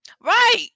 right